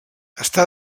està